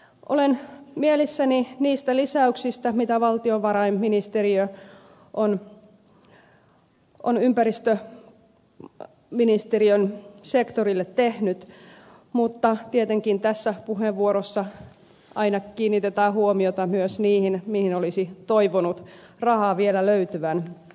olen mielissäni niistä lisäyksistä mitä valtiovarainministeriö on ympäristöministeriön sektorille tehnyt mutta tietenkin tässä puheenvuorossa aina kiinnitetään huomiota myös niihin mihin olisi toivonut rahaa vielä löytyvän